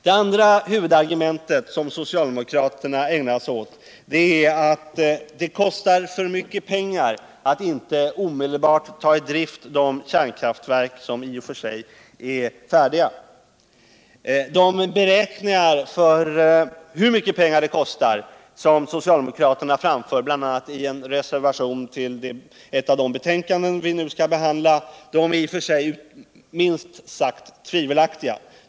Det andra huvudargumentet som socialdemokraterna ägnat sig åt är att det kostar för mycket pengar att inte omedelbart ta i drift de kärnkraftverk som i och för sig är färdiga. De beräkningar av hur mycket pengar det kostar, som socialdemokraterna framför bl.a. i en reservation till ett av de betänkanden vi nu skall behandla, är i och för sig minst sagt tvivelaktiga.